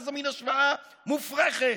איזו מין השוואה מופרכת?